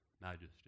Majesty